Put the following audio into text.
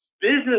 Business